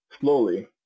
slowly